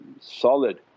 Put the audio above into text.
solid